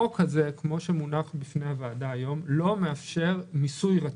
הצעת החוק שמונחת בפני הוועדה היום לא מאפשרת מיסוי רציף.